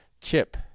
chip